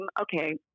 okay